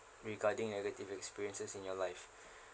regarding negative experiences in your life